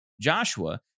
Joshua